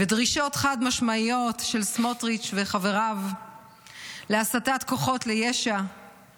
ודרישות חד-משמעיות של סמוטריץ' וחבריו להסתת כוחות ליש"ע